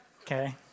Okay